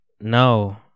no